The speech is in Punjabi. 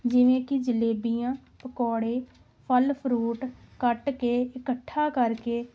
ਜਿਵੇਂ ਕਿ ਜਲੇਬੀਆਂ ਪਕੌੜੇ ਫਲ ਫਰੂਟ ਕੱਟ ਕੇ ਇਕੱਠਾ ਕਰਕੇ